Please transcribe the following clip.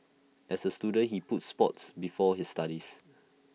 as A student he put Sport before his studies